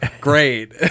great